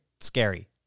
scary